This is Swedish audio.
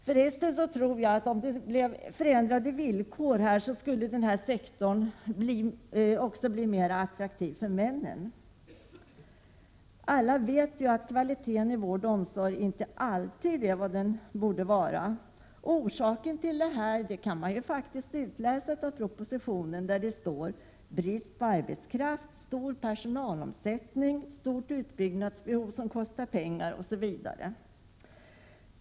Förresten tror jag att förändrade villkor i den offentliga sektorn också skulle göra den mer attraktiv för män. Alla vet ju att kvaliteten i vården och omsorgen inte alltid är vad den borde vara. Orsaken till detta kan man utläsa av propositionen: brist på arbetskraft, stor personalomsättning, stort utbyggnadsbehov som kostar pengar osv.